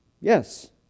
Yes